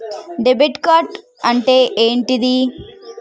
Debit card అంటే ఏంటిది?